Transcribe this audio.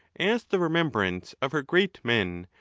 as the remembrance of her great men,